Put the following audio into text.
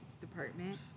department